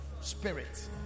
spirit